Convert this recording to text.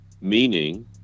meaning